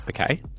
okay